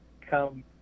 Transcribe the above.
come